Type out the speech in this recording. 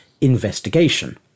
investigation